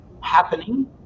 happening